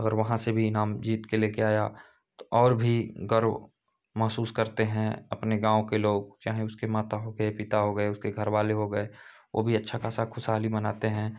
अगर वहाँ से भी इनाम जीतकर लेकर आया और भी गर्व महसूस करते हैं अपने गाँव के लोग चाहे उसके माता हो गए पिता हो गए उसके घरवाले हो गए वह भी अच्छी खासी ख़ुशहाली मनाते हैं